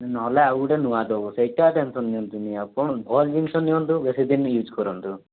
ନ ହେଲେ ଆଉ ଗୋଟେ ନୂଆ ଦେବୁ ସେଇଟା ଟେନ୍ସନ୍ ନିଅନ୍ତୁନି ଆପଣ ଭଲ ଜିନିଷ ନିଅନ୍ତୁ ବେଶୀଦିନ ୟୁଜ୍ କରନ୍ତୁ